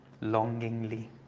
longingly